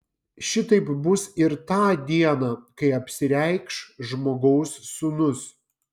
šitaip bus ir tą dieną kai apsireikš žmogaus sūnus